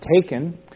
taken